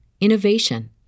innovation